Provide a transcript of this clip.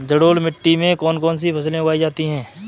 जलोढ़ मिट्टी में कौन कौन सी फसलें उगाई जाती हैं?